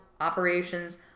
operations